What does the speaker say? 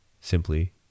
Simply